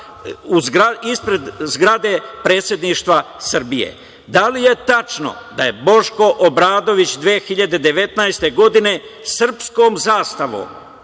ispred zgrade Predsedništva Srbije? Da li je tačno da je Boško Obradović 2019. godine srpskom zastavom,